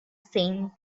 same